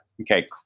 Okay